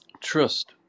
trust